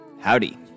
Howdy